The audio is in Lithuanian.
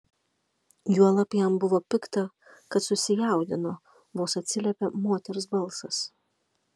juolab jam buvo pikta kad susijaudino vos atsiliepė moters balsas